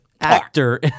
actor